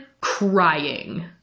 crying